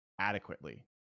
adequately